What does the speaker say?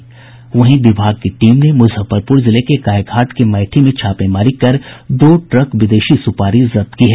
वहीं सीमा शुल्क विभाग की टीम ने मुजफ्फरपुर जिले के गायघाट के मैठी में छापेमारी कर दो ट्रक विदेशी सुपारी जब्त की है